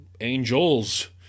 angels